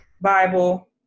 bible